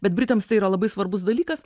bet britams tai yra labai svarbus dalykas